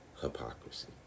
hypocrisy